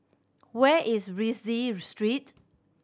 where is Rienzi Street